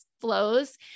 flows